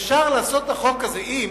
אפשר יהיה לעשות את החוק הזה אם